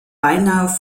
beinahe